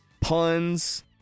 puns